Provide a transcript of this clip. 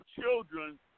children